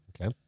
Okay